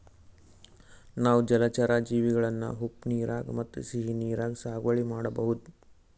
ನಾವ್ ಜಲಚರಾ ಜೀವಿಗಳನ್ನ ಉಪ್ಪ್ ನೀರಾಗ್ ಮತ್ತ್ ಸಿಹಿ ನೀರಾಗ್ ಸಾಗುವಳಿ ಮಾಡಬಹುದ್